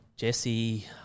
Jesse